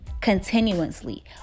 continuously